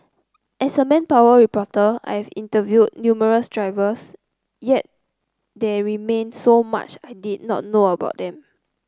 as a manpower reporter I have interviewed numerous drivers yet there remained so much I did not know about them